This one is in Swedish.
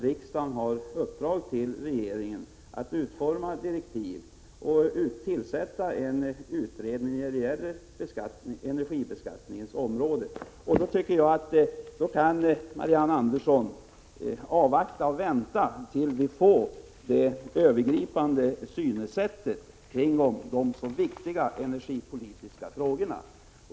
Riksdagen har givit regeringen i uppdrag att utforma direktiv och tillsätta en utredning på energibeskattningens område, och då tycker jag att Marianne Andersson kan vänta till dess vi får möjlighet att anlägga en övergripande syn på de viktiga energipolitiska frågorna.